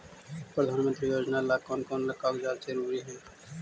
प्रधानमंत्री योजना ला कोन कोन कागजात जरूरी है?